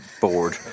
bored